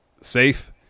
safe